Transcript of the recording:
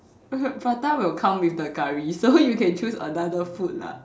prata will come with the Curry so you can choose another food lah